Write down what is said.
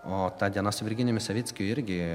o ta diena su virginijumi savickiu irgi